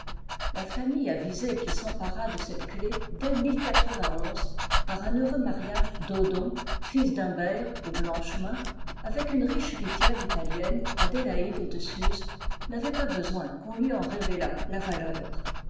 la famille avisée qui s'empara de cette clef dès par un heureux mariage d'oddon fils d'humbert aux blanches mains avec une riche héritière italienne adélaïde de suse n'avait pas besoin qu'on lui en révélât la valeur